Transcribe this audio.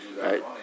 Right